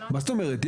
מה זאת אומרת?